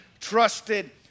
trusted